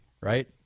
right